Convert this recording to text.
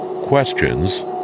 questions